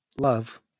Love